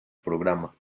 programa